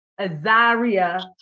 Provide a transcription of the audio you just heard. Azaria